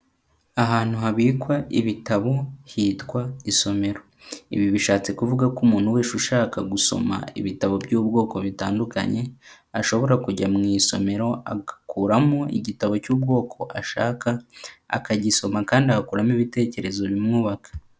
Ahantu habikwa ibitabo hitwa isomero, ibi bishatse kuvuga ko umuntu wese ushaka gusoma ibitabo by'ubwoko butandukanye, ashobora kujya mu isomero agakuramo igitabo cy'ubwoko ashaka, akagisoma kandi agakuramo ibitekerezo bimwubaka.